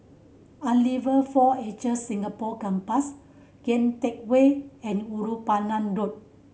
Unilever Four Acre Singapore Campus Kian Teck Way and Ulu Pandan Road